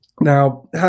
now